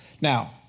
Now